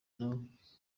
nawe